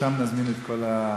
ולשם נזמין את כל האנשים.